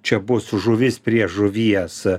čia bus žuvis prie žuvies